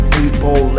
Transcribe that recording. people